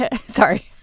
Sorry